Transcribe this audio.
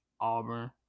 Auburn